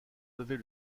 lever